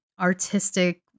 artistic